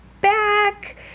back